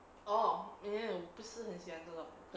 oh ya 不是很喜欢这种